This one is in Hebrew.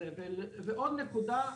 ועוד נקודה,